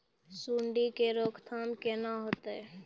सुंडी के रोकथाम केना होतै?